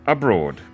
Abroad